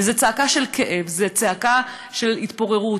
וזו צעקה של כאב, זו צעקה של התפוררות.